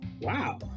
Wow